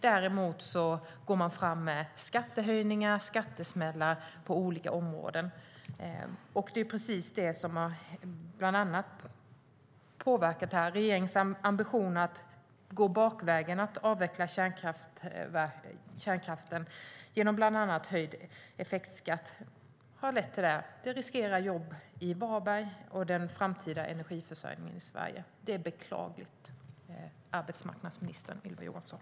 Däremot går man fram med skattehöjningar och skattesmällar på olika områden. Det har bland annat påverkat den här regeringens ambition att avveckla kärnkraften bakvägen genom till exempel höjd effektskatt. Detta riskerar jobb i Varberg och den framtida energiförsörjningen i Sverige. Det är beklagligt, arbetsmarknadsminister Ylva Johansson.